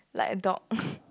like a dog